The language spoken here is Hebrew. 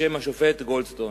בשם השופט גולדסטון.